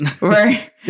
Right